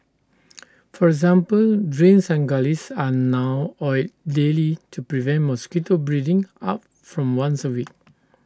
for example drains and gullies are now oiled daily to prevent mosquito breeding up from once A week